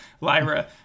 Lyra